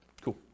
Cool